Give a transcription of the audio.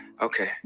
Okay